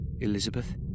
Elizabeth